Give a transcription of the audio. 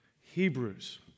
Hebrews